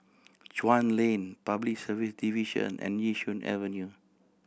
Chuan Lane Public Service Division and Yishun Avenue